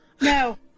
No